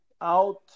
out